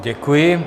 Děkuji.